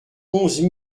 onze